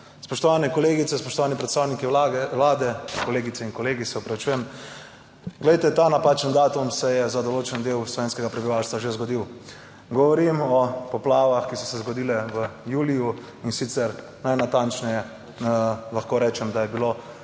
Spoštovane kolegice, spoštovani predstavniki Vlade, kolegice in kolegi, se opravičujem, glejte, ta napačen datum se je za določen del slovenskega prebivalstva že zgodil. Geovorim o poplavah, ki so se zgodile v juliju in sicer najnatančneje lahko rečem, da je bilo,